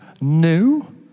new